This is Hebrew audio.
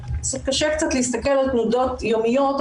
קשה קצת להסתכל על תנודות יומיות,